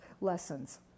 lessons